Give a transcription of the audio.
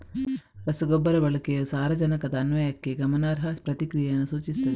ರಸಗೊಬ್ಬರ ಬಳಕೆಯು ಸಾರಜನಕದ ಅನ್ವಯಕ್ಕೆ ಗಮನಾರ್ಹ ಪ್ರತಿಕ್ರಿಯೆಯನ್ನು ಸೂಚಿಸುತ್ತದೆ